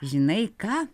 žinai ką